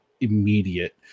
immediate